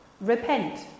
Repent